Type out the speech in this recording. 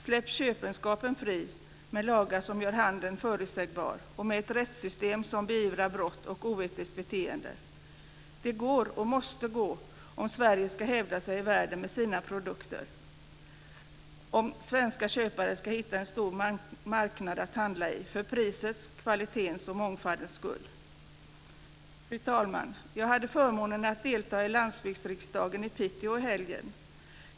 Släpp köpenskapen fri med lagar som gör handeln förutsägbar och med ett rättssystem som beivrar brott och oetiskt beteende! Det går och måste gå om Sverige ska hävda sig i världen med sina produkter och om svenska köpare ska hitta en stor marknad att handla i, för prisets, kvalitetens och mångfaldens skull. Fru talman! Jag hade förmånen att få delta i landsbygdsriksdagen i Piteå i helgen.